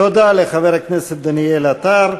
תודה לחבר הכנסת דניאל עטר.